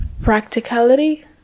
practicality